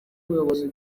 ubuyobozi